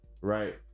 right